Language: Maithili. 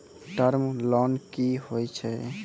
टर्म लोन कि होय छै?